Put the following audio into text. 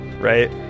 right